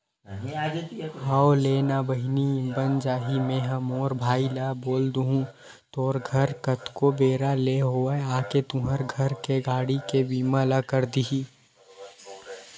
हव लेना ना बहिनी बन जाही मेंहा मोर भाई ल बोल दुहूँ तोर घर कतको बेरा ले होवय आके तुंहर घर के गाड़ी के बीमा ल कर दिही